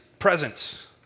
presence